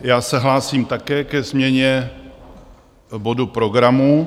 Já se hlásím také ke změně bodu programu.